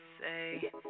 Say